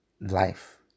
life